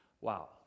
Wow